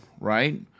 right